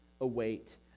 await